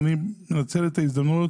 ואני אנצל את ההזדמנות